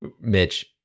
Mitch